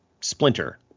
Splinter